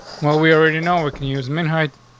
well, we already know we can use min height.